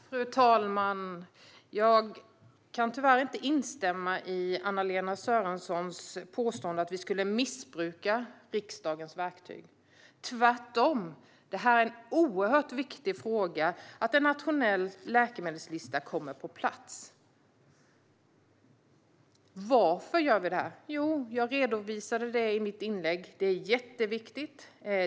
Fru talman! Jag kan inte instämma i Anna-Lena Sörensons påstående om att vi skulle missbruka riksdagens verktyg. Tvärtom är det oerhört viktigt att en nationell läkemedelslista kommer på plats. Varför gör vi detta? Jo, jag redovisade det i mitt inlägg: Det här är jätteviktigt.